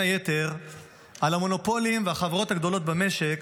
היתר על המונופולים והחברות הגדולות במשק